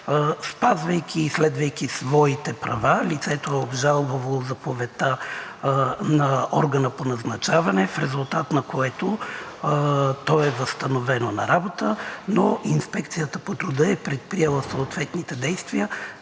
Спазвайки и следвайки своите права, лицето е обжалвало заповедта на органа по назначаване, в резултат на което то е възстановено на работа, но Инспекцията по труда е предприела съответните действия